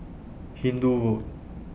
Hindoo Road